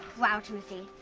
wow, timothy,